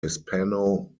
hispano